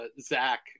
Zach